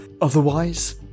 Otherwise